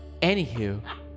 Anywho